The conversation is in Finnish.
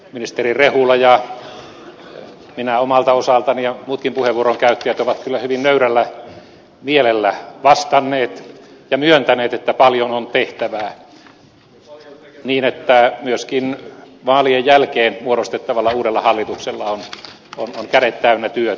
ministeri rehula ja minä omalta osaltani ja muutkin puheenvuoron käyttäjät ovat kyllä hyvin nöyrällä mielellä vastanneet ja myöntäneet että paljon on tehtävää niin että myöskin vaalien jälkeen muodostettavalla uudella hallituksella on kädet täynnä työtä